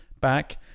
back